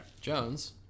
Jones